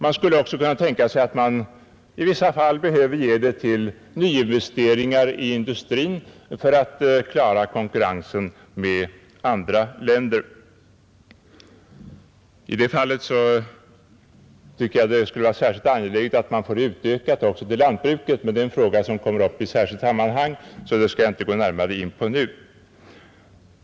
Man kan också tänka sig att i vissa fall ge bidrag till nyinvesteringar i industrien för att klara konkurrensen med andra länder. I det fallet skulle det vara särskilt angeläget att få det utökat också till lantbruket, men den frågan kommer upp i ett särskilt sammanhang, varför jag inte skall gå närmare in på den nu.